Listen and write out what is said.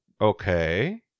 Okay